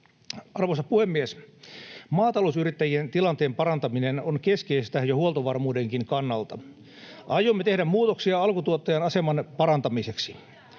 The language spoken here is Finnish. Arvoisa puhemies! Maatalousyrittäjien tilanteen parantaminen on keskeistä jo huoltovarmuudenkin kannalta. [Anne Kalmarin välihuuto] Aiomme tehdä muutoksia alkutuottajan aseman parantamiseksi.